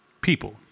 People